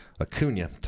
Acuna